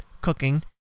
cooking